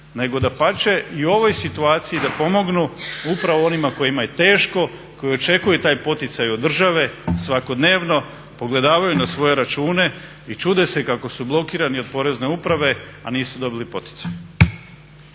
nego dapače i u ovoj situaciji da pomognu upravno onima kojima je teško, koji očekuju taj poticaj od države svakodnevno pogledavaju na svoje račune i čude se kako su blokirani od porezne uprave a nisu dobili poticaje.